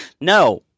No